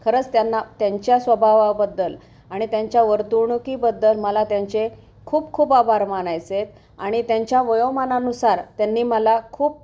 खरंच त्यांना त्यांच्या स्वभावाबद्दल आणि त्यांच्या वर्तणुकीबद्दल मला त्यांचे खूप खूप आभार मानायचे आहेत आणि त्यांच्या वयोमानानुसार त्यांनी मला खूप